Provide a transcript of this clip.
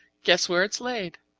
guess where it's laid?